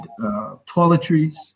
toiletries